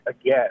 again